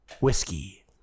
Whiskey